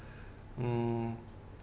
mm